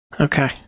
Okay